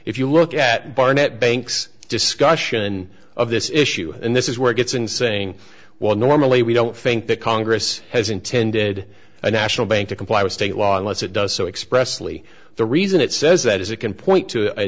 if you look at barnett banks discussion of this issue and this is where it gets in saying well normally we don't think that congress has intended a national bank to comply with state law unless it does so expressly the reason it says that is it can point to a